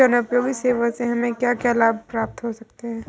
जनोपयोगी सेवा से हमें क्या क्या लाभ प्राप्त हो सकते हैं?